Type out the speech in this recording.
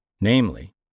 namely